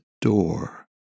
door